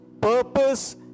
purpose